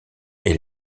est